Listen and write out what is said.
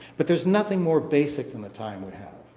but there's nothing more basic than the time we have.